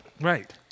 Right